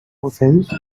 offense